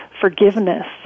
forgiveness